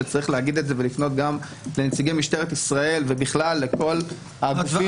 וצריך להגיד את זה ולפנות גם לנציגי משטרת ישראל ובכלל לכל הגופים